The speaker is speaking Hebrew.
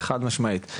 חד משמעית.